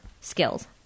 skills